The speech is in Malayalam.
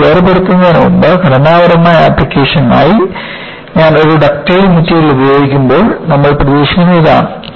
ഇത് വേർപെടുത്തുന്നതിനുമുമ്പ് ഘടനാപരമായ ആപ്ലിക്കേഷനായി ഞാൻ ഒരു ഡക്റ്റൈൽ മെറ്റീരിയൽ ഉപയോഗിക്കുമ്പോൾ നമ്മൾ പ്രതീക്ഷിക്കുന്നത് ഇതാണ്